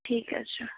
ٹھیٖک حظ چھُ